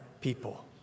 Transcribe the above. people